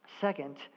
Second